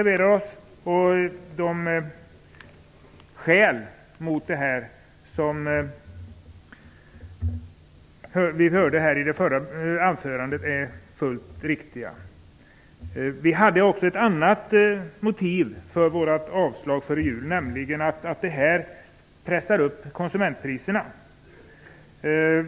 Vi hade också ett annat motiv för vårt avslagsyrkande före jul, nämligen att en sådan här avgift pressar upp konsumentpriserna.